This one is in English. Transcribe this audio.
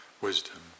wisdom